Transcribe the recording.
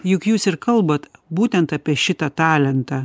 juk jūs ir kalbat būtent apie šitą talentą